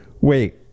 wait